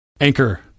Anchor